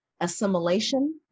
assimilation